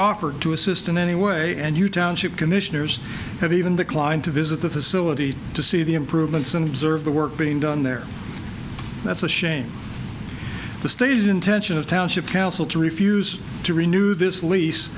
offered to assist in any way and you township commissioners have even the client to visit the facility to see the improvements and serve the work being done there that's a shame the stage intention of township council to refuse to renew this lease